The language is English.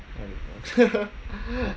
I don't know